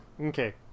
Okay